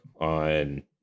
on